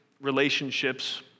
relationships